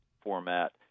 format